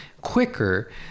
quicker